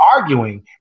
arguing